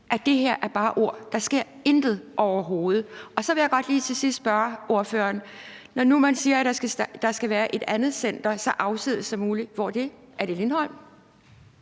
at det her bare er ord. Der sker intet overhovedet. Så vil jeg godt til sidst lige spørge ordføreren: Når man siger, at der skal være et andet center så afsides som muligt, hvor er det så? Er det Lindholm?